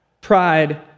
pride